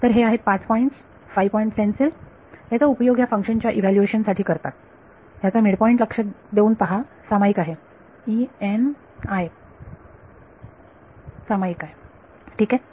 तर हे आहेत पाच पॉइंट्स फाईव्ह पॉईंट स्टेन्सिल याचा उपयोग या फंक्शन च्या इव्हॅल्यूएशन साठी करतात ह्याचा मिडपॉईंट लक्ष देऊन पहा सामायिक आहे E n i is सामायिक ठीक आहे